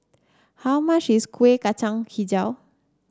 how much is Kuih Kacang hijau